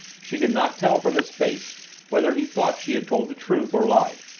she could not tell from his face whether he thought she had told the truth or lied.